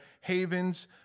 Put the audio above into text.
Havens